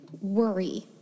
worry